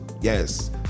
Yes